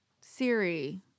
Siri